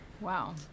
Wow